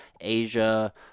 Asia